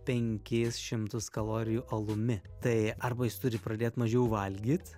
penkis šimtus kalorijų alumi tai arba jis turi pradėt mažiau valgyt